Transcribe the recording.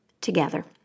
together